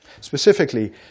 Specifically